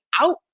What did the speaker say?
out